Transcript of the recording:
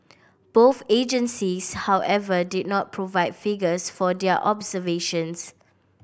both agencies however did not provide figures for their observations